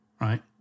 right